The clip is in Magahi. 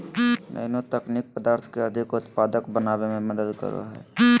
नैनो तकनीक पदार्थ के अधिक उत्पादक बनावय में मदद करो हइ